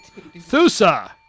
Thusa